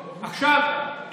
עכשיו,